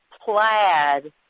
plaid